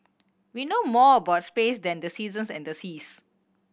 we know more about space than the seasons and the seas